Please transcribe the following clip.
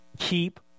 Keep